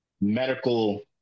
medical